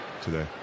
today